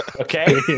Okay